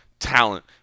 talent